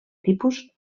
tipus